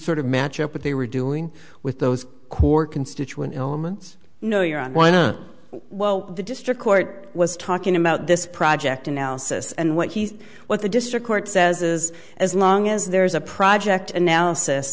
sort of match up with they were doing with those core constituent elements no you're on one while the district court was talking about this project analysis and what he's what the district court says is as long as there is a project analysis